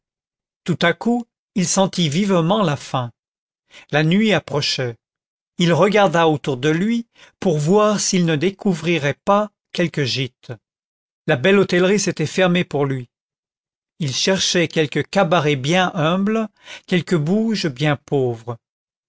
tout à coup il sentit vivement la faim la nuit approchait il regarda autour de lui pour voir s'il ne découvrirait pas quelque gîte la belle hôtellerie s'était fermée pour lui il cherchait quelque cabaret bien humble quelque bouge bien pauvre